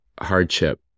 hardship